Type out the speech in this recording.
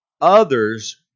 others